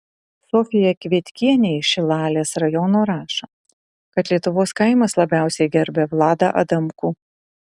sofija kvietkienė iš šilalės rajono rašo kad lietuvos kaimas labiausiai gerbia vladą adamkų